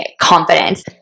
confidence